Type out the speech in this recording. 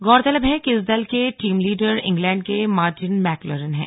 गौरतलब है कि इस दल के टीम लीडर इंग्लैंड के मार्टिन मैक्लारन हैं